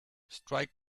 strike